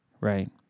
Right